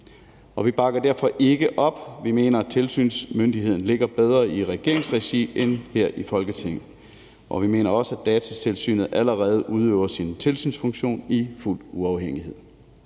og vi bakker derfor ikke op. Vi mener, at tilsynsmyndigheden ligger bedre i regeringens regi ind her i Folketinget, og vi mener også, at Datatilsynet allerede udøver sin tilsynsfunktion i fuld uafhængighed.